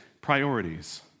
priorities